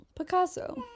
Picasso